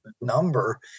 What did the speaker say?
number